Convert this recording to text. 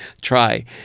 try